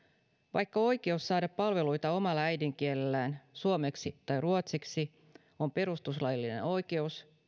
vaikka oikeus saada palveluita omalla äidinkielellään suomeksi tai ruotsiksi on perustuslaillinen oikeus